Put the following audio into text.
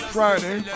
Friday